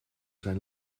zijn